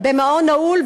במעון נעול,